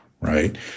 right